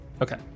Okay